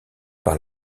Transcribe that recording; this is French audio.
par